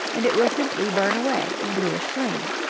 and it will simply burn away in bluish flame.